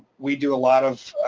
we do a lot of.